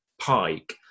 pike